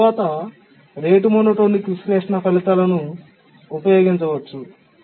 దీని తరువాత rate monotonic విశ్లేషణ ఫలితాలను ఉపయోగించవచ్చు